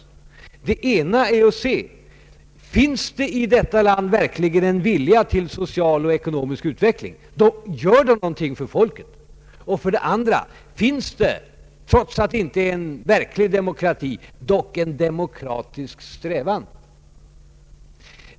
För det första måste man se: Finns i detta land verkligen en vilja till social och ekonomisk utveckling, gör regeringen någonting för folket? För det andra måste man fråga: Finns det, trots att det inte är verklig demokrati, dock en demokratisk strävan?